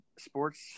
sports